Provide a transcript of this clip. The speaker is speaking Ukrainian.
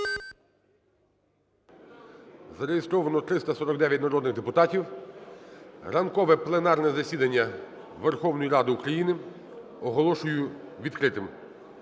Зареєстровано 349 народних депутатів. Ранкове пленарне засідання Верховної Ради України оголошую відкритим.